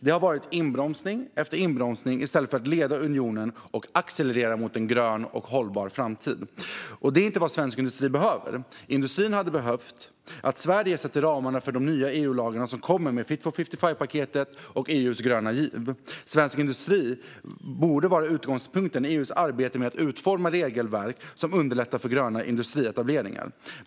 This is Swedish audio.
Det har varit inbromsning efter inbromsning i stället för att vi leder unionen och accelererar mot en grön och hållbar framtid. Detta är inte vad svensk industri behöver. Industrin hade behövt att Sverige sätter ramarna för de nya EU-lagar som kommer med Fit for 55-paketet och EU:s gröna giv. Svensk industri borde vara utgångspunkten i EU:s arbete med att utforma regelverk som underlättar för gröna industrietableringar.